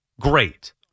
great